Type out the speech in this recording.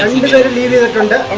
um even jaded mediator and are